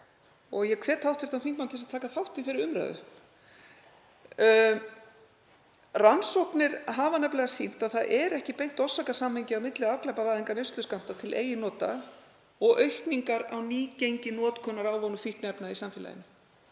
og ég hvet hv. þingmann til að taka þátt í þeirri umræðu. Rannsóknir hafa nefnilega sýnt að það er ekki beint orsakasamhengi á milli afglæpavæðingar neysluskammta til eigin nota og aukningar á nýgengi notkunar ávana- og fíkniefna í samfélaginu,